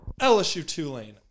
LSU-Tulane